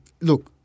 look